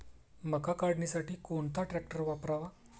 मका काढणीसाठी कोणता ट्रॅक्टर वापरावा?